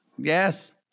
Yes